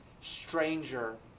stranger